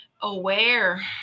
aware